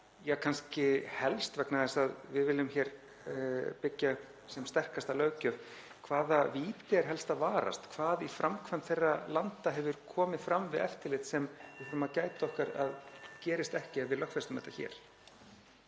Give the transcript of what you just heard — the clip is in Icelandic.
kannski helst vegna þess að við viljum byggja sem sterkasta löggjöf: Hvaða víti er helst að varast, hvað í framkvæmd þeirra landa hefur komið fram við eftirlit sem við þurfum að gæta okkar á að gerist ekki, ef við lögfestum þetta hér?